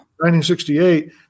1968